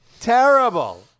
terrible